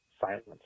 Silence